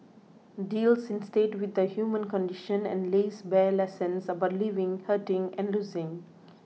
deals instead with the human condition and lays bare lessons about living hurting and losing